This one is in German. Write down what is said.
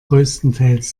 größtenteils